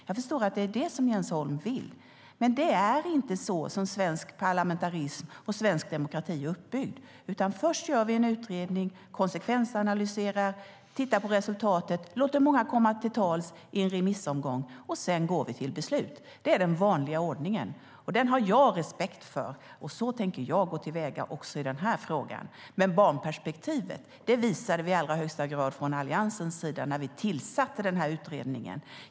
Jag förstår att det är det som Jens Holm vill. Men det är inte så svensk parlamentarism och svensk demokrati är uppbyggd. Först gör vi en utredning, konsekvensanalyserar, tittar på resultatet och låter många komma till tals i en remissomgång. Sedan går vi till beslut. Det är den vanliga ordningen. Den har jag respekt för, och så tänker jag gå till väga också i den här frågan. Barnperspektivet visade vi i allra grad från Alliansen när vi tillsatte utredningen.